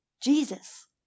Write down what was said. Jesus